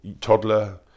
toddler